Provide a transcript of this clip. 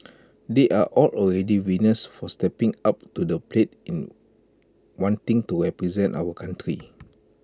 they are all already winners for stepping up to the plate in wanting to represent our country